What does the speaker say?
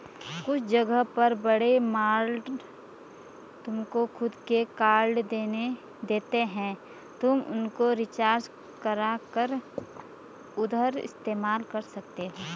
कुछ जगह पर बड़े मॉल तुमको खुद के कार्ड देते हैं तुम उनको रिचार्ज करा कर उधर इस्तेमाल कर सकते हो